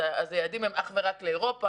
אז היעדים הם אך ורק לאירופה,